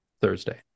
Thursday